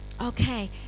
Okay